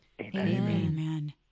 amen